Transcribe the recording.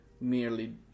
merely